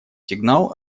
сигнал